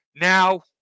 Now